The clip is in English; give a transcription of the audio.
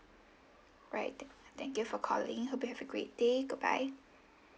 alright thank thank you for calling hope you have a great day goodbye